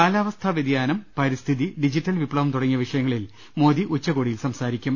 കാലാവസ്ഥാ വൃതിയാനം പരിസ്ഥിതി ഡിജി റ്റൽ വിപ്ലവം തുടങ്ങിയ വിഷയങ്ങളിൽ മോദി ഉച്ചകോടിയിൽ സംസാരിക്കും